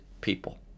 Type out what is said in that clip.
people